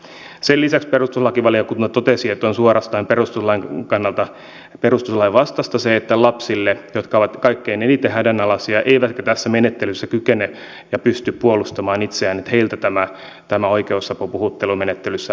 sen lisäksi perustuslakivaliokunta totesi että on suorastaan perustuslain vastaista se että lapsilta jotka ovat kaikkein eniten hädänalaisia eivätkä tässä menettelyssä kykene ja pysty puolustamaan itseään tämä oikeusapu puhuttelumenettelyssä poistuisi